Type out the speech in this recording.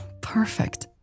Perfect